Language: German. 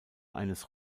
eines